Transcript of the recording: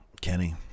Kenny